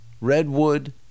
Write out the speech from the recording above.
Redwood